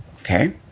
Okay